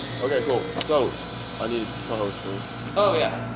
okay, cool. so i needed co-host first. oh yeah,